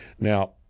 Now